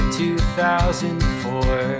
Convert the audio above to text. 2004